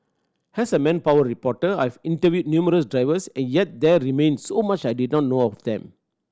as a manpower reporter I've interviewed numerous drivers a yet there remained so much I did not know of them